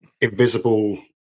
invisible